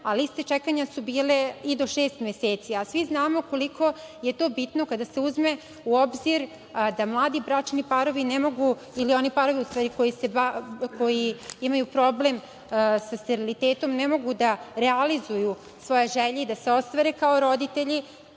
a liste čekanja su bile i do šest meseci, a svi znamo koliko je to bitno kada se uzme u obzir da mladi bračni parovi ne mogu, ili oni parovi koji imaju problem sa sterilitetom, da realizuju svoje želje i da se ostvare kao roditelji,